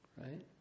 Right